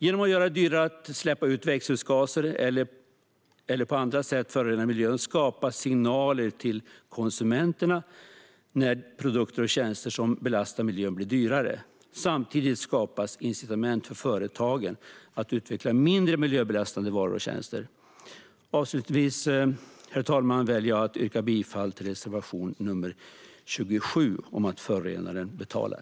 Genom att göra det dyrare att släppa ut växthusgaser eller på andra sätt förorena miljön skapas signaler till konsumenterna, eftersom produkter och tjänster som belastar miljön blir dyrare. Samtidigt skapas incitament för företagen att utveckla mindre miljöbelastande varor och tjänster. Avslutningsvis, herr talman, väljer jag att yrka bifall till reservation nr 27 om att förorenaren betalar.